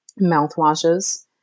mouthwashes